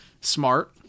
smart